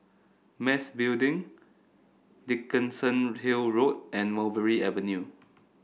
Mas Building Dickenson Hill Road and Mulberry Avenue